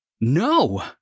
No